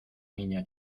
niña